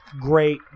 great